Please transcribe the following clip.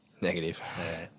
Negative